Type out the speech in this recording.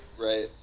Right